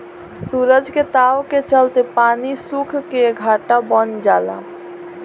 सूरज के ताव के चलते पानी सुख के घाटा बन जाला